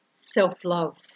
self-love